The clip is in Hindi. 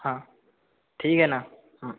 हाँ ठीक है ना हाँ